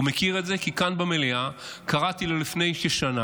הוא מכיר את זה כי כאן במליאה קראתי לו לפני כשנה